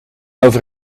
over